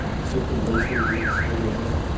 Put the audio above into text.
different racial groups within the